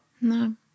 No